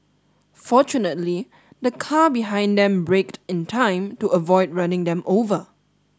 fortunately the car behind them braked in time to avoid running them over